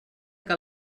que